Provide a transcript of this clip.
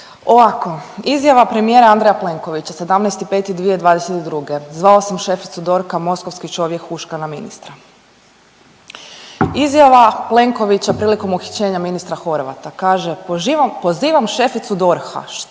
Ovako izjava premijera Andreja Plenkovića 17.5.'22. zvao sam šeficu DORH-a Mostovski čovjek huška na ministra. Izjava Plenkovića prilikom uhićenja ministra Horvata, kaže pozivam šeficu DORH-a što